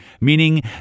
meaning